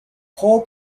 pole